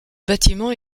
bâtiment